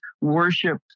worship